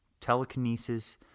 telekinesis